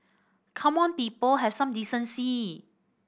come on people have some decency